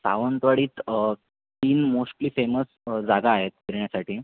सावंतवाडीत तीन mostly famous जागा आहेत फिरण्यासाठी